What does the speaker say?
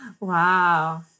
Wow